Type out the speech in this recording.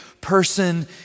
person